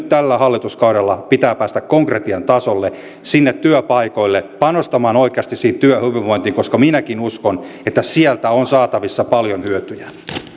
tällä hallituskaudella pitää päästä konkretian tasolle sinne työpaikoille panostamaan oikeasti siihen työhyvinvointiin koska minäkin uskon että sieltä on saatavissa paljon hyötyjä